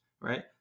Right